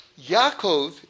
Yaakov